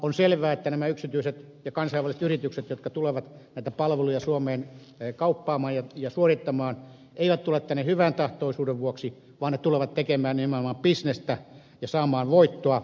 on selvää että nämä yksityiset ja kansainväliset yritykset jotka tulevat näitä palveluja suomeen kauppaamaan ja suorittamaan eivät tule tänne hyväntahtoisuuden vuoksi vaan ne tulevat tekemään nimenomaan bisnestä ja saamaan voittoa